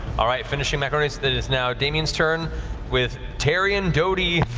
all right, finishing macaroni's, it is now damian's turn with taryon, doty,